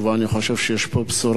אני חושב שיש פה בשורה,